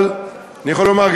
אבל אני יכול לומר,